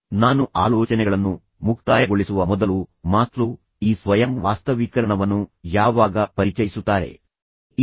ನಾನು ಒಂದು ಅಥವಾ ಎರಡು ಆಲೋಚನೆಗಳನ್ನು ಮುಕ್ತಾಯಗೊಳಿಸುವ ಮೊದಲು ಮಾಸ್ಲೋ ಅವರು ಈ ಸ್ವಯಂ ವಾಸ್ತವೀಕರಣವನ್ನು ಯಾವಾಗ ಪರಿಚಯಿಸುತ್ತಾರೆ ಎಂಬುದರ ಬಗ್ಗೆ ಯೋಚಿಸಲು ಬಯಸಿದ್ದರು